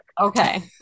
Okay